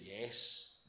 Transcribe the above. yes